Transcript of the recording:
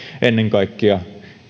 ennen kaikkea